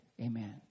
amen